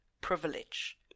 privilege